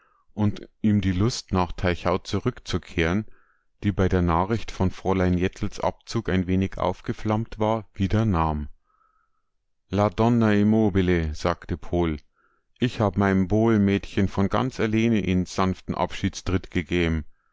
und ihm die lust nach teichau zurückzukehren die bei der nachricht von fräulein jettels abzug ein wenig aufgeflammt war wieder nahm la donna mobile sagte pohl ich hab mein'm bohlenmädchen von kanz alleene een samften abschiedsdritt gegäm